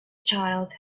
child